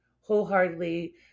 wholeheartedly